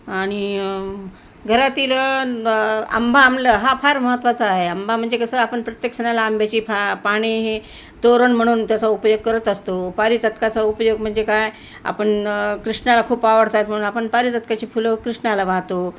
आणि घरातील आंबा हा फार महत्त्वाचा आहे आंबा म्हणजे कसं आपण प्रत्येक सणाला आंब्याची फा पाने हे तोरण म्हणून त्याचा उपयोग करत असतो पारिजातकाचा उपयोग म्हणजे काय आपण कृष्णाला खूप आवडतात म्हणून आपण पारिजातकाची फुलं कृष्णाला वाहतो